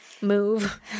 move